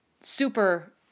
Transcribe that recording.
super